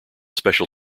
special